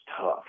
tough